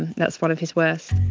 and that's one of his worst.